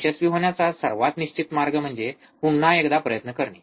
यशस्वी होण्याचा सर्वात निश्चित मार्ग म्हणजे पुन्हा एकदा प्रयत्न करणे